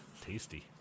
Tasty